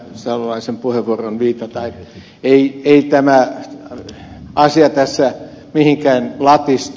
salolaisen puheenvuoroon viitata että ei tämä asia tässä mihinkään latistu